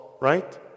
Right